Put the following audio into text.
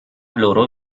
loro